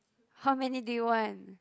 how many do you want